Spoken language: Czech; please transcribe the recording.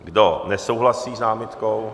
Kdo nesouhlasí s námitkou?